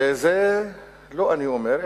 וזה לא אני אומר,